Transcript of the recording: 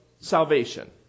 salvation